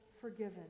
forgiven